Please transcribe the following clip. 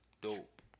dope